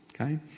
Okay